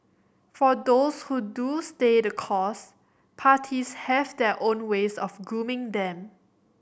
for those who do stay the course parties have their own ways of grooming them